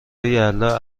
یلدا